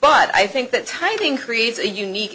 but i think that timing creates a unique